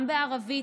גם בערבית,